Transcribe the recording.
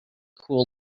cool